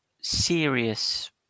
serious